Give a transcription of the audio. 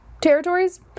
territories